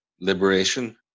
liberation